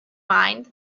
mind